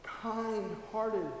kind-hearted